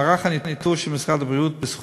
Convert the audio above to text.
מערך הניטור של משרד הבריאות זיהה